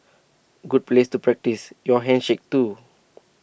good place to practise your handshake too